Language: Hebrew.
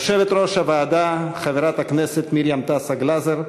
יושבת-ראש הוועדה, חברת הכנסת מרים גלזר-תעסה,